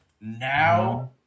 Now